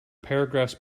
paragraphs